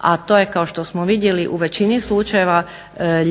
a to je kao što smo vidjeli u većini slučajeva